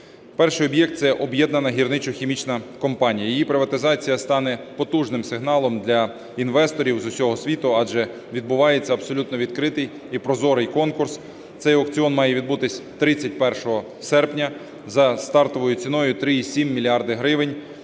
Перший об'єкт – це Об'єднана гірничо-хімічна компанія, її приватизація стане потужним сигналом для інвесторів з усього світу, адже відбувається абсолютно відкритий і прозорий конкурс. Цей аукціон має відбутися 31 серпня за стартовою ціною 3,7 мільярда